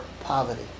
poverty